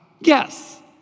Yes